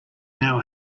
now